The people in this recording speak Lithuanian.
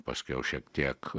paskiau šiek tiek